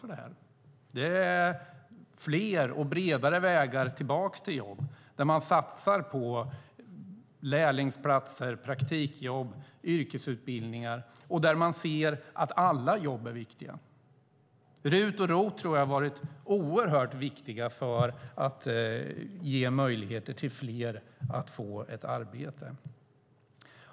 Det handlar om fler och bredare vägar tillbaka till jobb - där man satsar på lärlingsplatser, praktikjobb och yrkesutbildningar - och där man ser att alla jobb är viktiga. RUT och ROT tror jag har varit oerhört viktiga för att ge möjligheter till fler att få ett arbete.